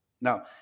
Now